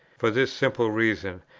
for this simple reason,